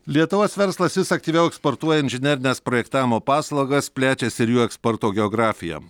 lietuvos verslas vis aktyviau eksportuoja inžinerines projektavimo paslaugas plečiasi ir jų eksporto geografija